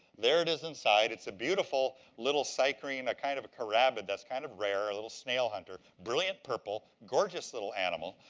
there it is inside. it's a beautiful little cychrine, a kind of a carabid that's kind of rare, a little snail hunter. brilliant purple. gorgeous little animal,